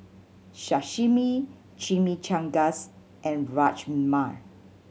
Sashimi Chimichangas and Rajma